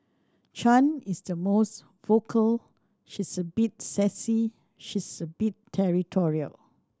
Chan is the most vocal she's a bit sassy she's a bit territorial